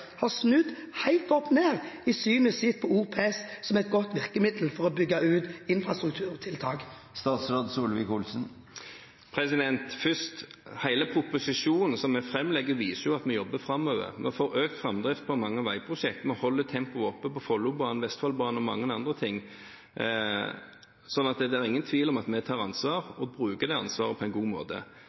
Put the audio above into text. har snudd helt i synet på OPS som et godt virkemiddel for å bygge ut infrastrukturtiltak? Først: Hele proposisjonen som vi nå legger fram, viser at vi jobber framover. Vi får økt framdrift for mange veiprosjekter. Vi holder tempoet oppe på Follo-banen, Vestfoldbanen og mange andre. Så det er ingen tvil om at vi tar ansvar, og bruker det ansvaret på en god måte.